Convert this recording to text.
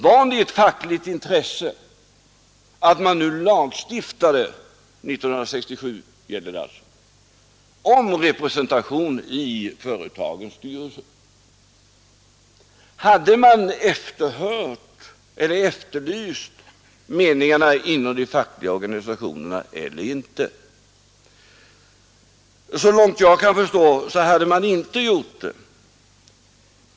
Var det ett fackligt intresse att man lagstiftade om representation i företagens styrelser år 1967? Hade man efterlyst meningarna inom de fackliga organisationerna eller inte? Så långt jag kan förstå hade man inte gjort det.